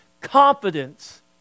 confidence